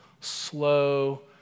slow